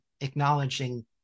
acknowledging